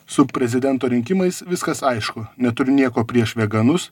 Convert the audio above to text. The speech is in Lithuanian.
su prezidento rinkimais viskas aišku neturiu nieko prieš veganus